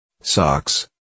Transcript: socks